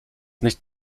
nicht